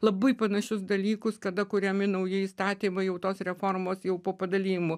labai panašius dalykus kada kuriami nauji įstatymai jau tos reformos jau po padalijimų